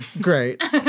great